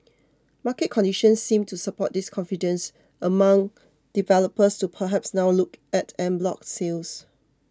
market conditions seems to support this confidence among developers to perhaps now look at en bloc sales